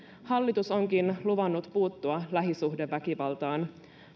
hallitus onkin luvannut puuttua lähisuhdeväkivaltaan